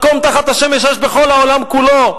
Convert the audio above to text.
מקום תחת השמש יש בכל העולם כולו,